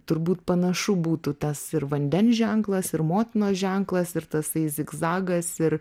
turbūt panašu būtų tas ir vandens ženklas ir motinos ženklas ir tasai zigzagas ir